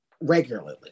regularly